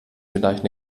vielleicht